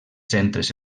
centres